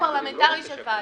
פיקוח פרלמנטרי של ועדה,